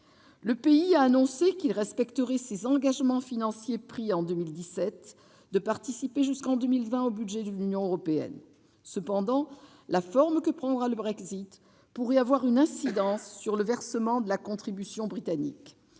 a annoncé qu'il respecterait les engagements financiers pris en 2017 et participerait jusqu'en 2020 au budget de l'Union européenne. Cependant, la forme que prendra le Brexit pourrait avoir une incidence sur le versement de la contribution britannique.